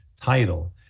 title